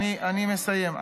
אני מסיים.